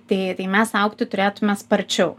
tai tai mes augti turėtume sparčiau